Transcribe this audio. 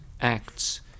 acts